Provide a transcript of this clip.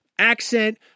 Accent